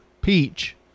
peach